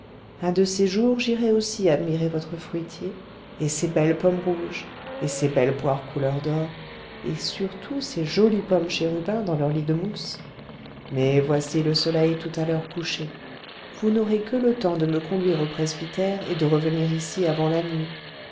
un de ces jours j'irai aussi admirer votre fruitier et ces belles pommes rouges et ces belles poires couleur d'or et surtout ces jolies pommes chérubins dans leur lit de mousse mais voici le soleil tout à l'heure couché vous n'aurez que le temps de me conduire au presbytère et de revenir ici avant la nuit